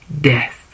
Death